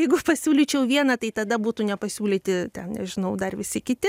jeigu pasiūlyčiau vieną tai tada būtų nepasiūlyti ten nežinau dar visi kiti